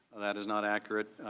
that is not accurate